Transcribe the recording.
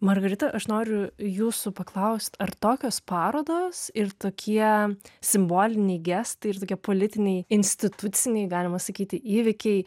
margarita aš noriu jūsų paklaust ar tokios parodos ir tokie simboliniai gestai ir tokie politiniai instituciniai galima sakyti įvykiai